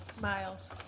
Miles